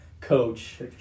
Coach